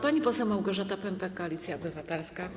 Pani poseł Małgorzata Pępek, Koalicja Obywatelska.